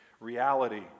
reality